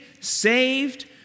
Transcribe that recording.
saved